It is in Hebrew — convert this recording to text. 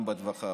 גם בטווח הארוך.